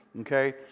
Okay